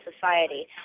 society